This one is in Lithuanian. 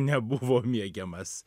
nebuvo mėgiamas